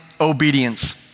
obedience